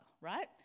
right